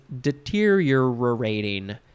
deteriorating